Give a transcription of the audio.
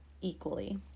equally